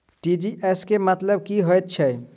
TGS केँ मतलब की हएत छै?